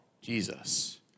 Jesus